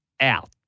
out